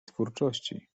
twórczości